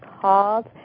called